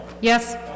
yes